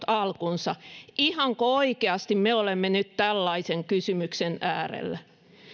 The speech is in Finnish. alkunsa ihanko oikeasti me olemme nyt tällaisen kysymyksen äärellä